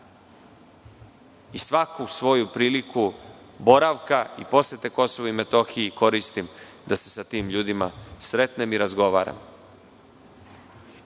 Svaku svoju priliku boravka, posete Kosova i Metohiji koristim da se sa tim ljudima sretnem i razgovaram.